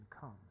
comes